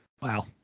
Wow